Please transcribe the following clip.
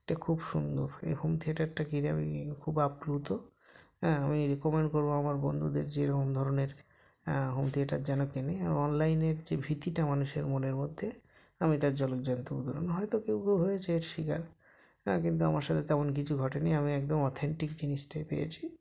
এটা খুব সুন্দর এই হোম থিয়েটারটা কিনে আমি খুব আপ্লুত হ্যাঁ আমি রেকোমেন্ড করবো আমার বন্ধুদের যে এরম ধরনের হোম থিয়েটার যেন কেনে অনলাইনের যে ভীতিটা মানুষের মনের মধ্যে আমি তার জলজ্যান্ত উদাহরণ হয়তো কেউ বা হয়েছে এর শিকার কিন্তু আমার সাতে তেমন কিছু ঘটে নি আমি একদম অথেন্টিক জিনিসটাই পেয়েছি